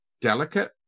delicate